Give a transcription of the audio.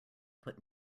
put